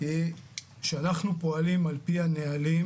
כשאנחנו פועלים על פי הנהלים